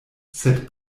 sed